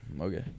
Okay